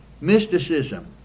mysticism